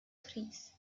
fries